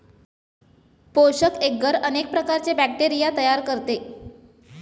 पोषक एग्गर अनेक प्रकारचे बॅक्टेरिया तयार करते